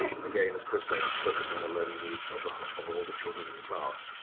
and again, as chris said, it's focusing on the learning needs of of all the children in the class.